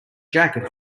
jacket